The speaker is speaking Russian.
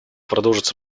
продолжить